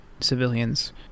civilians